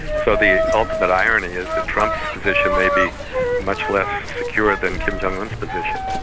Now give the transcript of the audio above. so the ultimate irony is that trump's position may be much less secure than kim jong-un's position.